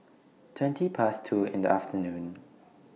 twenty Past two in The afternoon